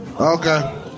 Okay